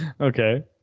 Okay